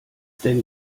denn